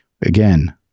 again